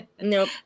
no